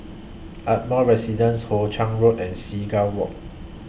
Ardmore Residence Hoe Chiang Road and Seagull Walk